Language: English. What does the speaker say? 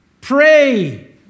Pray